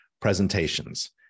presentations